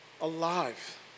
alive